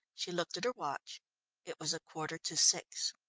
she looked at her watch it was a quarter to six.